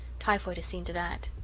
typhoid has seen to that.